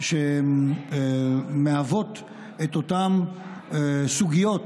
שמהוות את אותן סוגיות